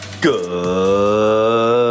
Good